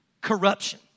Corruption